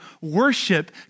worship